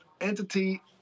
entity